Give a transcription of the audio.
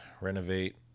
renovate